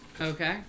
Okay